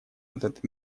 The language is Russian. этот